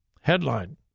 Headline